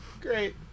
Great